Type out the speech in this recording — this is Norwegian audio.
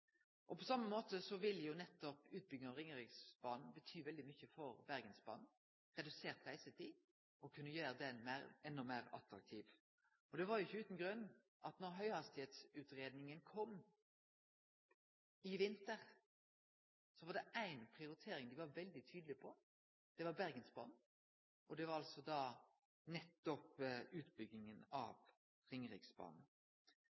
løysinga. På same måte vil nettopp utbygging av Ringeriksbanen bety veldig mykje for Bergensbanen. Redusert reisetid vil kunne gjere den enda meir attraktiv. Det var ikkje utan grunn at då høgfartsutgreiinga kom i vinter, var det ei prioritering dei var veldig tydelege på, og det var Bergensbanen, og det var nettopp utbygginga